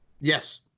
Yes